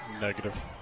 Negative